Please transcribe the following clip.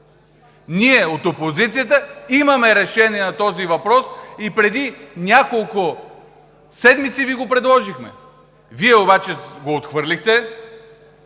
Ние от опозицията имаме решение на този въпрос и преди няколко седмици Ви го предложихме. Вие обаче го отхвърлихте,